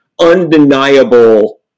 undeniable